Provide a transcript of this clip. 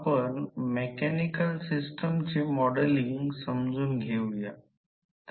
म्हणजे जर ते बेरजेचे असेल तर